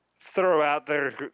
throw-out-there